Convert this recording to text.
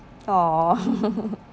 !aww!